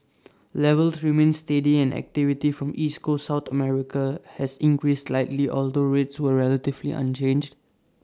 levels remained steady and activity from East Coast south America has increased slightly although rates were relatively unchanged